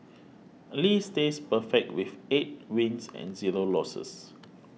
Lee stays perfect with eight wins and zero losses